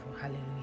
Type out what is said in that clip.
hallelujah